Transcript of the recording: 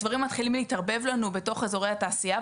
הדברים מתחילים להתערבב לנו בתוך אזורי התעשייה,